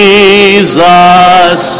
Jesus